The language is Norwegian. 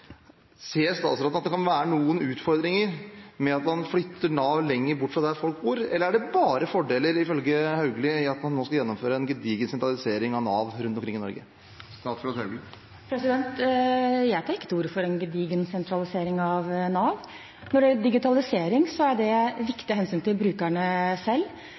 Ser statsråden at det kan være noen utfordringer med at man flytter Nav lenger bort fra der folk bor? Eller er det bare fordeler, ifølge Hauglie, med at man nå skal gjennomføre en gedigen sentralisering av Nav rundt omkring i Norge? Jeg tar ikke til orde for en «gedigen sentralisering» av Nav. Når det gjelder digitalisering, er det viktig av hensyn til brukerne selv.